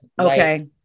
Okay